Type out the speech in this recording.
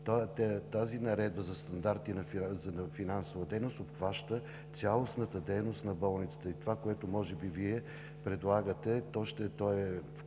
Тази наредба за стандарти за финансова дейност обхваща цялостната дейност на болницата и това, което Вие предлагате, е